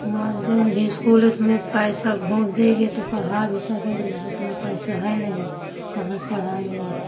मज़्जौन भी इस्कूल उसमें पैसा घूँस देंगे तो पढ़ा भी सकेंगे उतना पैसा है नहीं कहाँ से पढ़ाएँगे